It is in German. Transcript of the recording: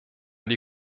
die